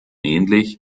ähnlich